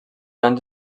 anys